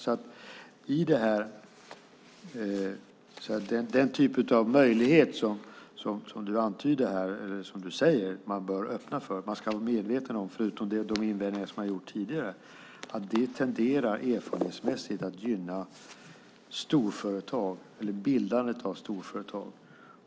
När det gäller den typ av möjlighet som Lage Rahm säger att man bör öppna för ska man vara medveten om, förutom de invändningar som jag har haft tidigare, att den erfarenhetsmässigt tenderar att gynna storföretag eller bildandet av storföretag.